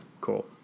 Cool